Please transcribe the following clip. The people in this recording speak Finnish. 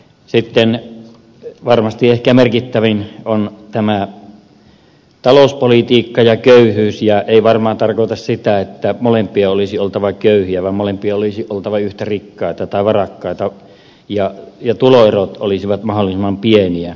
sitten varmasti ehkä merkittävin on tämä talouspolitiikka ja köyhyys ja se ei varmaan tarkoita sitä että molempien olisi oltava köyhiä vaan molempien olisi oltava yhtä rikkaita tai varakkaita ja tuloerojen olisi oltava mahdollisimman pieniä